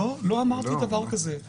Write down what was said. לא, לא אמרתי דבר כזה.